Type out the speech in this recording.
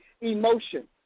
emotion